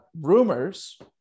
rumors